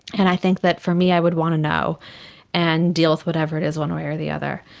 and i think that for me i would want to know and deal with whatever it is one way or the other.